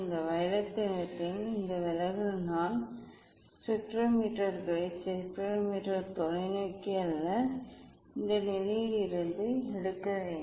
இந்த வயலட் நிறத்தின் இந்த விலகல் நான் ஸ்பெக்ட்ரோமீட்டர்களை ஸ்பெக்ட்ரோமீட்டர் தொலைநோக்கி அல்ல இந்த நிலையில் இருந்து எடுக்க வேண்டும்